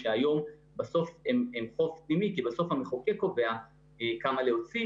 שבסוף הם חוב פנימי כי בסוף המחוקק קובע כמה להוציא.